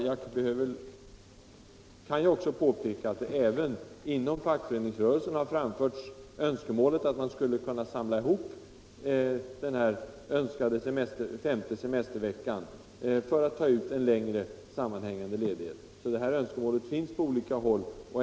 Jag kan också påpeka att det inom de fackliga organisationerna har framförts önskemål om att man skulle samla ihop den här önskade femte semesterveckan, för att ta ut en längre sammanhängande ledighet. Det här önskemålet finns alltså på olika håll.